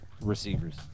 receivers